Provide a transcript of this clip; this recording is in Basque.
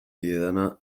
diedana